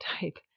type